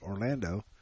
Orlando